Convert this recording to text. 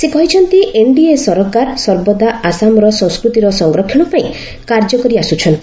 ସେ କହିଛନ୍ତି ଏନ୍ଡିଏ ସରକାର ସର୍ବଦା ଆସାମର ସଂସ୍କୃତିର ସଂରକ୍ଷଣ ପାଇଁ କାର୍ଯ୍ୟ କରିଆସୁଛନ୍ତି